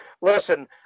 listen